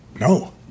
No